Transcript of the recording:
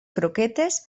croquetes